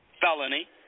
felony